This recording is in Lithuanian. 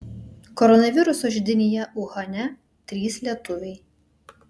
koronaviruso židinyje uhane trys lietuviai